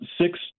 six